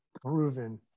proven